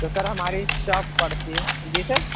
تو سر ہماری شاپ پڑتی ہے جی سر